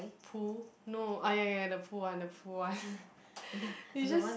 pool no ah ya ya ya the pool one the pool one it's just